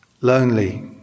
Lonely